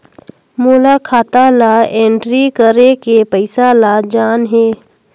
मोला खाता ला एंट्री करेके पइसा ला जान हे?